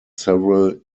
several